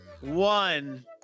one